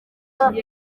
ati